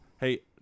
Hey